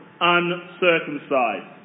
uncircumcised